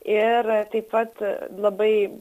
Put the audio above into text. ir taip pat labai